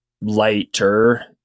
lighter